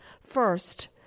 First